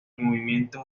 movimiento